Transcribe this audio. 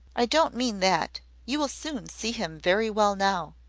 i don't mean that you will soon see him very well now.